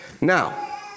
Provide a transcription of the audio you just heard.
now